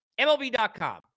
MLB.com